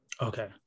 Okay